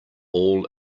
all